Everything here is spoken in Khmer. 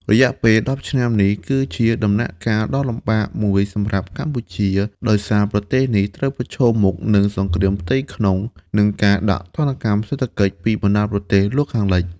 រយៈពេល ១០ ឆ្នាំនេះ គឺជាដំណាក់កាលដ៏លំបាកមួយសម្រាប់កម្ពុជា ដោយសារប្រទេសនេះត្រូវប្រឈមមុខនឹងសង្គ្រាមផ្ទៃក្នុង និងការដាក់ទណ្ឌកម្មសេដ្ឋកិច្ចពីបណ្ដាប្រទេសលោកខាងលិច ។